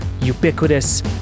ubiquitous